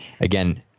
Again